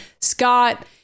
Scott